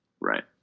Right